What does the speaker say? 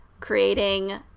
creating